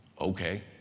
Okay